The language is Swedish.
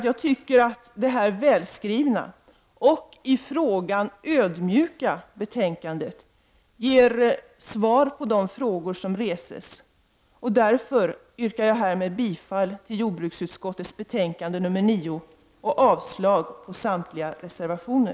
Jag tycker att det välskrivna och i frågan ödmjuka betänkandet ger svar på de frågor som reses. Därför yrkar jag härmed bifall till hemställan i jordbruksutskottets betänkande nr 9 och avslag på samtliga reservationer.